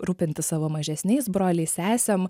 rūpintis savo mažesniais broliais sesėm